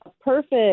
perfect